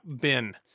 bin